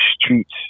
streets